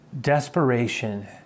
Desperation